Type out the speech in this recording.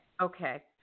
okay